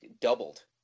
doubled